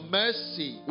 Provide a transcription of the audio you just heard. mercy